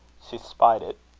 she spied it,